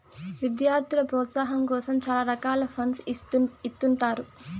విద్యార్థుల ప్రోత్సాహాం కోసం చాలా రకాల ఫండ్స్ ఇత్తుంటారు